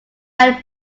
are